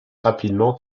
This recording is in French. rapidement